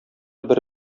бер